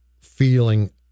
feeling